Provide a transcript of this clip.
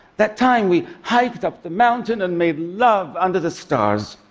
that time we hiked up the mountain and made love under the stars.